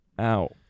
Ow